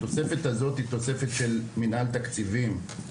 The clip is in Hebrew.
התוספת הזאת היא תוספת של מנהלת התקציבים,